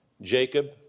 Jacob